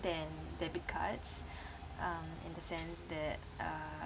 than debit cards um in the sense that uh